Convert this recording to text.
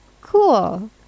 Cool